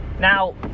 Now